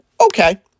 Okay